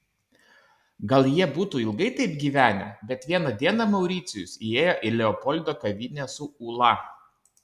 gal jie būtų ilgai taip gyvenę bet vieną dieną mauricijus įėjo į leopoldo kavinę su ula